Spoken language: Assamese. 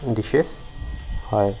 দিশ্বেছ হয়